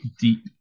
deep